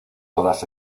todas